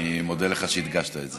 אני מודה לך שהדגשת את זה.